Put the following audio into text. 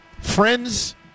friends